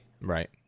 Right